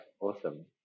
Awesome